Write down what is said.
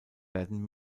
werden